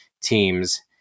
teams